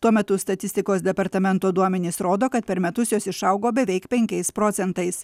tuo metu statistikos departamento duomenys rodo kad per metus jos išaugo beveik penkiais procentais